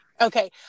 okay